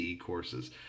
courses